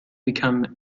become